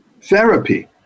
Therapy